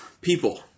people